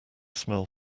smell